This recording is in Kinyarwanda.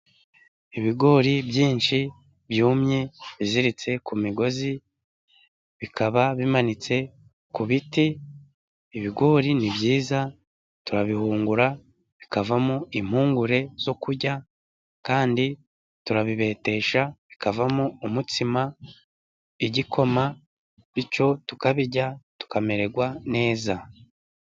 Ibigori byinshi byumye, biziritse ku migozi bikaba bimanitse ku biti. Ibigori ni byiza, turabihungura bikavamo impungure zo kurya, kandi turabibetesha bikavamo umutsima, igikoma, bityo tukabirya tukamererwa neza.